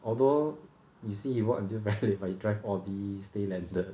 although you see you work until very late but you drive stay landed